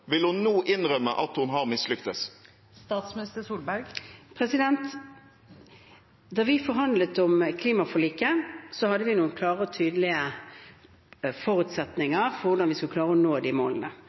Vil hun nå innrømme at hun har mislyktes? Da vi forhandlet om klimaforliket, hadde vi noen klare og tydelige